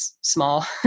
small